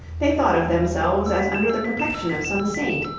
they thought of themselves as under the protection of some saint,